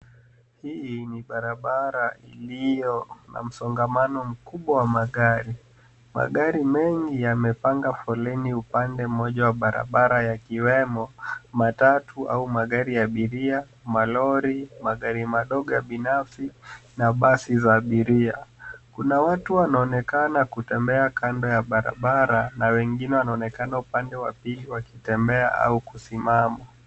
Hii ni barabara iliyo na msongamano mkubwa wa magari. Magari mengi yamepanga foleni upande mmoja wa barabara yakiwemo matatu au magari ya abiria, malori, magari madogo ya binafsi na basi za abiria. Kuna watu wanaonekana kutembea kando ya barabara na wengine wanaonekana upande wa pili wakitembea au kusimama.